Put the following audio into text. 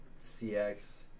CX